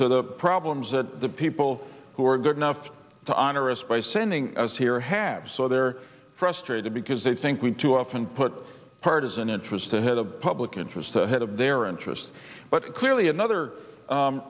to the problems that the people who are good enough to honor us by sending us here have so they're frustrated because they think we too often put partisan interests ahead of public interest ahead of their interests but clearly another